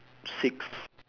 six